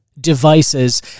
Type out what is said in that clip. devices